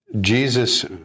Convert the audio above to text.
Jesus